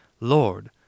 Lord